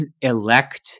elect